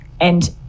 and-